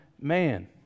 man